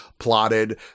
plotted